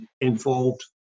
involved